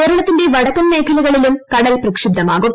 കേരളത്തിന്റെ വടക്കൻ മേഖലകളിലും കടൽ പ്രക്ഷുബ്ധമാകും